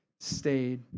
stayed